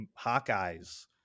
Hawkeyes